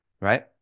right